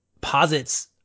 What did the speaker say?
posits